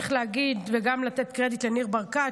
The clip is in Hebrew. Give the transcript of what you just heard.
צריך להגיד וגם לתת קרדיט לניר ברקת,